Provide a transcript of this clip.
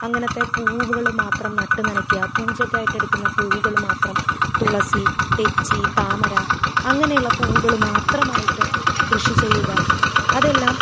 അങ്ങനത്തെ പൂവുകളും മാത്രം നട്ട് നനയ്ക്കുക പൂജക്കായിട്ടെടുക്കുന്ന പൂവുകള് മാത്രം തുളസി തെച്ചി താമര അങ്ങനെയുള്ള പൂവ്കള് മാത്രമായിട്ട് കൃഷി ചെയ്യുക അതെല്ലാം